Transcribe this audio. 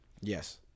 Yes